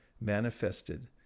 manifested